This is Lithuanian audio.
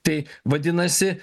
tai vadinasi